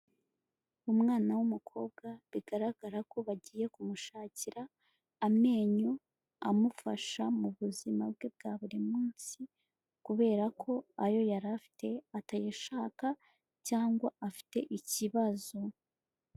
Umwana w'umukobwa bigaragara ko bagiye kumushakira amenyo amufasha mu buzima bwe bwa buri munsi kubera ko ayo yari afite atayashaka cyangwa afite ikibazo.